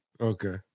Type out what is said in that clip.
Okay